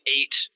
eight